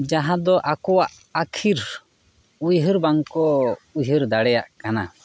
ᱡᱟᱦᱟᱸ ᱫᱚ ᱟᱠᱚᱣᱟᱜ ᱟᱹᱠᱷᱤᱨ ᱩᱭᱦᱟᱹᱨ ᱵᱟᱝᱠᱚ ᱩᱭᱦᱟᱹᱨ ᱫᱟᱲᱮᱭᱟᱜ ᱠᱟᱱᱟ